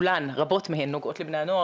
ורבות מהן נוגעות לבני הנוער,